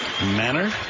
manner